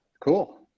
cool